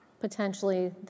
Potentially